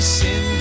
sin